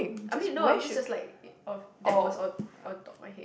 I mean no I'm just just like it of that was on on top of my head